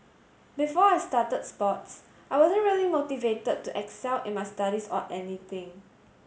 before I started sports I wasn't really motivated to excel in my studies or anything